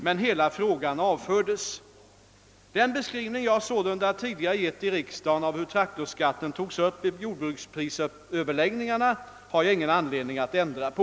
Men hela frågan avfördes.» Den beskrivning jag sålunda tidigare gett i riksdagen av hur traktorskatten togs upp vid jordbruksprisöverlägg ningarna har jag ingen anledning att ändra på.